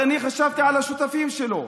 אני חשבתי על השותפים שלו.